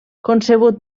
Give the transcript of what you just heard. concebut